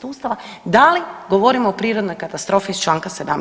Ustava da li govorimo o prirodnoj katastrofi iz čl. 17.